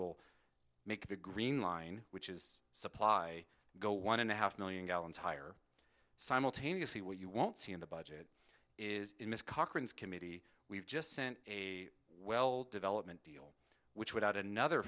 will make the green line which is supply go one and a half million gallons higher simultaneously what you won't see in the budget is in this cochran's committee we've just sent a well development deal which would add another